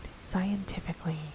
scientifically